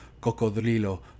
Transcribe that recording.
Cocodrilo